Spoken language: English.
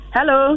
Hello